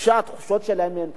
התחושות שלהם מאוד קשות,